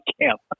camp